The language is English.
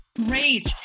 Great